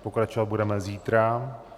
Pokračovat budeme zítra.